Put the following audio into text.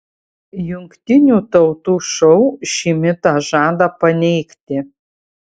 jungtinių tautų šou šį mitą žada paneigti